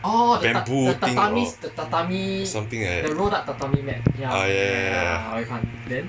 bamboo thing or something like that ah ya ya ya ya